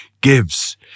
gives